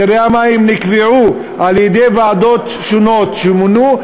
מחירי המים נקבעו על-ידי ועדות שונות שמונו,